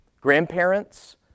grandparents